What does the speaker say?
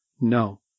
No